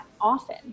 often